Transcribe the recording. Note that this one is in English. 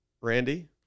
Randy